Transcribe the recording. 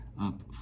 up